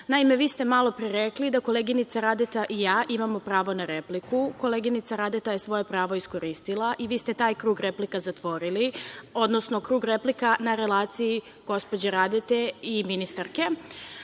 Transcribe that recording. Naime, vi ste malo pre rekli da koleginica Radeta i ja imamo pravo na repliku. Koleginica Radeta je svoje pravo iskoristila i vi ste taj krug replika zatvorili, odnosno krug replika na relaciji gospođe Radete i ministarke,